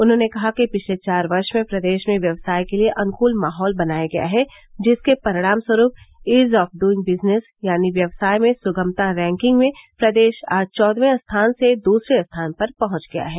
उन्होंने कहा कि पिछले चार वर्ष में प्रदेश में व्यवसाय के लिये अनुकूल माहौल बनाया गया है जिसके परिणामस्वरूप ईज ऑफ डूइंग बिजनेस यानी व्यवसाय में सुगमता रैंकिंग में प्रदेश आज चौदहवें स्थान से दूसरे स्थान पर पहुंच चुका है